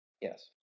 Yes